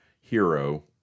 hero